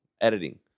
editing